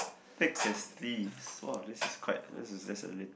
thick as thieves !wah! this is quite this is just a